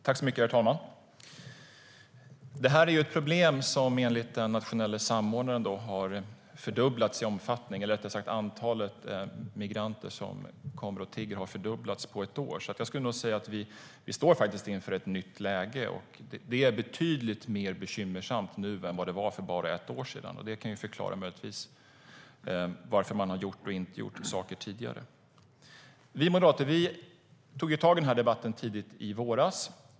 Herr talman! Antalet migranter som kommer hit och tigger har enligt den nationella samordnaren fördubblats på ett år, så jag skulle nog säga att vi faktiskt står inför ett nytt läge. Det är betydligt mer bekymmersamt nu än vad det var för bara ett år sedan. Det kan ju förklara varför man har gjort och inte har gjort saker tidigare. Vi moderater tog tag i den här debatten tidigt i våras.